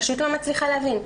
פשוט לא מצליחה להבין.